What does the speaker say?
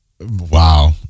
wow